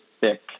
thick